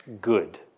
good